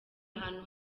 ahantu